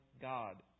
God